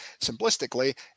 simplistically